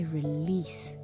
release